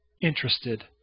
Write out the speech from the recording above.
interested